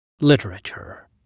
literature